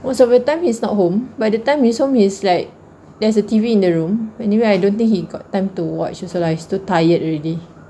most of the time he's not home by the time he's home he's like there's a T_V in the room anyway I don't think he got time to watch also lah he's too tired already